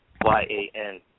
Y-A-N